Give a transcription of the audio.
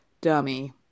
dummy